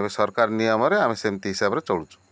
ଏବେ ସରକାର ନିୟମରେ ଆମେ ସେମିତି ହିସାବରେ ଚଳୁଛୁ